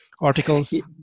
articles